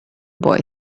boy